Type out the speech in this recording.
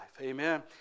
Amen